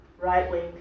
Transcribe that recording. right-wing